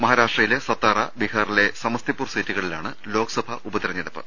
മഹാരാഷ്ട്രയിലെ സത്താറ ബീഹാറിലെ സമസ്തിപൂർ സീറ്റുകളിലാണ് ലോക്സഭാ ഉപതെരഞ്ഞെടുപ്പ്